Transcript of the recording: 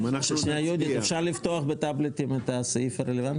אפשר לפתוח בטאבלטים את הסעיף הרלוונטי?